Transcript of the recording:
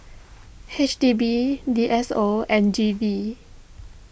H D B D S O and G V